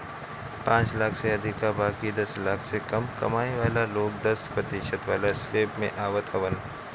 पांच लाख से अधिका बाकी दस लाख से कम कमाए वाला लोग दस प्रतिशत वाला स्लेब में आवत हवन